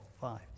five